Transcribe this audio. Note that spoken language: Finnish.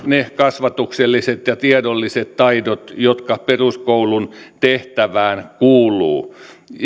ne kasvatukselliset ja tiedolliset taidot jotka peruskoulun tehtävään kuuluu